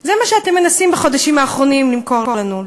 זה מה שאתם מנסים בחודשים האחרונים למכור לנו,